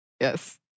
Yes